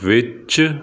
ਵਿੱਚ